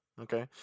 Okay